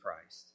Christ